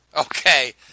Okay